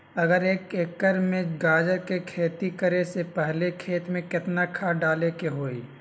अगर एक एकर में गाजर के खेती करे से पहले खेत में केतना खाद्य डाले के होई?